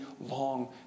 long